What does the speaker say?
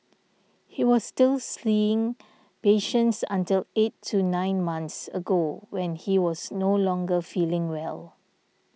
he was still seeing patients until eight to nine months ago when he was no longer feeling well